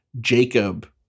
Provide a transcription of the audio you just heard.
Jacob